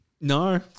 No